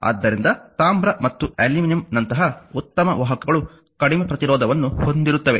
ಆದ್ದರಿಂದ ತಾಮ್ರ ಮತ್ತು ಅಲ್ಯೂಮಿನಿಯಂನಂತಹ ಉತ್ತಮ ವಾಹಕಗಳು ಕಡಿಮೆ ಪ್ರತಿರೋಧವನ್ನು ಹೊಂದಿರುತ್ತವೆ